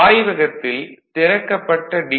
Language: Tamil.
ஆய்வகத்தில் திறக்கப்பட்ட டி